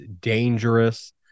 dangerous